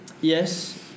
Yes